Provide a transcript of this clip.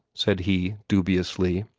said he, dubiously.